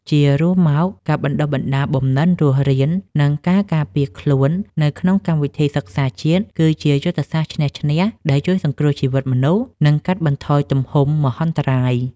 ជារួមមក ការបណ្ដុះបណ្ដាលបំណិនរស់រាន និងការការពារខ្លួននៅក្នុងកម្មវិធីសិក្សាជាតិ គឺជាយុទ្ធសាស្ត្រឈ្នះ-ឈ្នះ ដែលជួយសង្គ្រោះជីវិតមនុស្ស និងកាត់បន្ថយទំហំមហន្តរាយ។